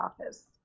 office